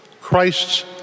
Christ's